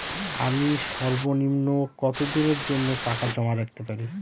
আমি সর্বনিম্ন কতদিনের জন্য টাকা জমা রাখতে পারি?